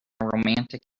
romantic